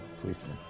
policeman